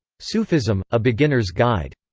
sufism a beginner's guide.